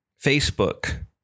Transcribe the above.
Facebook